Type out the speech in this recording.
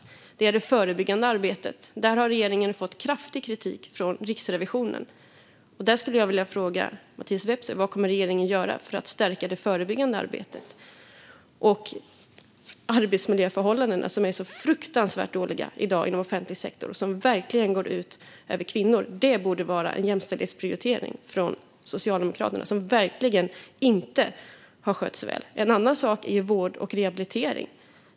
När det gäller det förebyggande arbetet har regeringen fått kraftig kritik från Riksrevisionen. Jag skulle vilja fråga Mattias Vepsä vad regeringen kommer att göra för att stärka det förebyggande arbetet. Jag undrar också vad ska man göra åt arbetsmiljöförhållandena, som i dag är fruktansvärt dåliga inom offentlig sektor. Det går verkligen ut över kvinnor, och det borde vara en jämställdhetsprioritering från Socialdemokraterna. Man har verkligen inte skött sig väl. En annan sak är vård och rehabilitering.